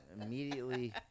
Immediately